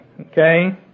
okay